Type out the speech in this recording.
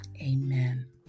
Amen